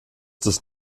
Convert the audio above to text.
des